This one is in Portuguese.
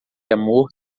amor